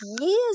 years